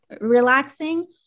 relaxing